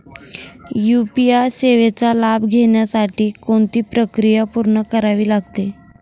UPI सेवेचा लाभ घेण्यासाठी कोणती प्रक्रिया पूर्ण करावी लागते?